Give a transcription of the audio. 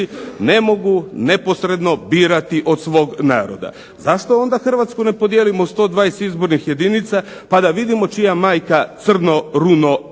ne mogu neposredno birati od svog naroda. Zašto onda Hrvatsku ne podijelimo u 120 izbornih jedinica, pa da vidimo čija majka crno runo